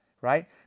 right